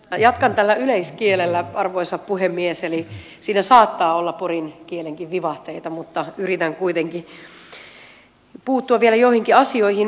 jatkan tällä yleiskielellä arvoisa puhemies eli siinä saattaa olla porin kielenkin vivahteita mutta yritän kuitenkin puuttua vielä joihinkin asioihin